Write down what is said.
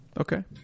Okay